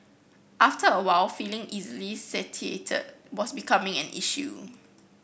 after a while feeling easily satiated was becoming an issue